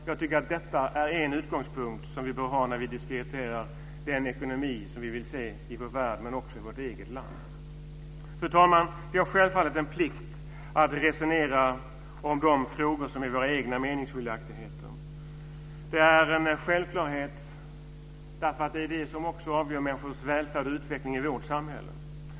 Jag tycker att detta är en utgångspunkt som vi bör ha när vi diskuterar den ekonomi som vi vill se i vår värld men också i vårt eget land. Fru talman! Det är självfallet en plikt att resonera om de frågor som rör våra egna meningsskiljaktigheter. Det är en självklarhet, eftersom det avgör människors välfärd och utveckling också i vårt samhälle.